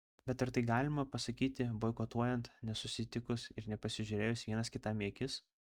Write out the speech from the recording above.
bet ar tai galima pasakyti boikotuojant nesusitikus ir nepasižiūrėjus vienas kitam į akis